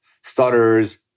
stutters